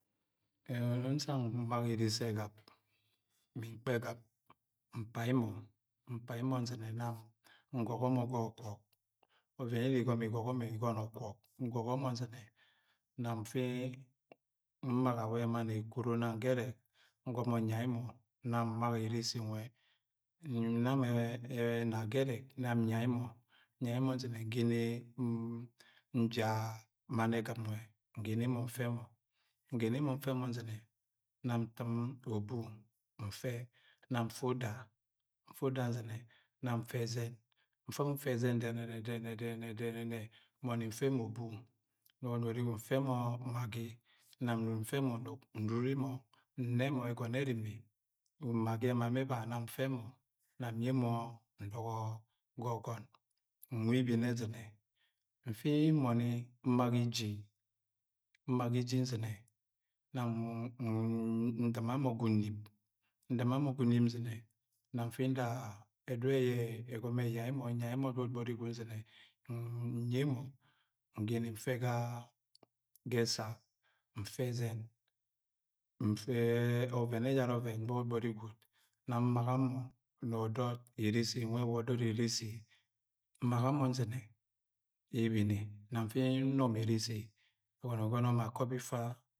Edọnọ yẹ naana mbaga eresi ẹgib, mi mkpa ẹ gib, mpai mọ, mpai mọ nzine, nam ngọgọ mọ. Ọvẹn yẹ iri igọmọ igọgọ ẹ gọnọ okwọk, ngọgọ mọ nzinẹ, nam nfi mbasa wẹ mann ekwuro nang gerek ugomo nuai mọ. Nam mbasa eresi nwe. Nnamo ẹna gẹrẹk. nam nyai mọ, nyai mọ nzine, ngẹnẹ, nja mann ẹ gib nwẹ, ngẹnẹ mọ nfẹ mọ ngẹnẹ mọ nfẹ mọ nzinẹ, nam nizm obu nfe, nam nfẹ uda, nfẹ uda nzinẹ, nam nfe̱ ẹzẹn. Nfẹ mọ ufẹ ẹzẹn dẹnẹnẹ, dẹnẹnẹ, dẹnẹnẹ, dẹnẹnẹ nboni nfe mo obu nam nfẹ mọ maggi, nam nọng nfẹ onọk nruri mọ, nne mo eojono yẹ erimi. Maggi ema mọ ẹba nam nfe mọ. Nam nye mọ ndọgọ ga ọgọn. Nwe ebene ezine, nsi nbọni mbaga iji. Mbaga iji nzine nam ndimọ mọ sa unip, ndima sa unip nzine, nam nti nda ga ẹdudu yẹ ẹyai mọ, nyai mọ gbọgbọri gwud nzine nye mọ ngẹnẹ nfẹ ga esa, nfe ezen, nfe ọvẹn gbọgbọri gwud, nam mbaga ma na ọdọt eresi, nwe wa ọdọ eresi. Mbaga mọ nzine ebene. Nam nfi nnọ mọ eresi ẹgọmọ ẹgọnọ ma kọp ifa.